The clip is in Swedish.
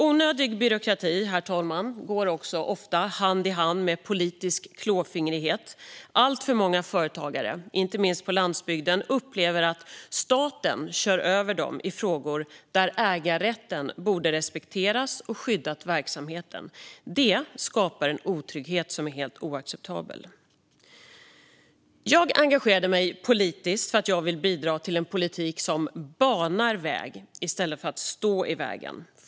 Onödig byråkrati, herr talman, går också ofta hand i hand med politisk klåfingrighet. Alltför många företagare, inte minst på landsbygden, upplever att staten kör över dem i frågor där ägarrätten borde ha respekterats och skyddat verksamheten. Det skapar en otrygghet som är helt oacceptabel. Jag engagerade mig politiskt för att jag vill bidra till en politik som banar väg i stället för att stå i vägen.